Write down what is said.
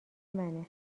منه